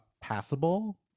passable